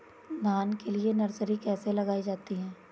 धान के लिए नर्सरी कैसे लगाई जाती है?